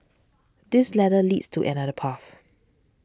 this ladder leads to another path